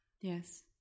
Yes